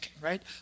right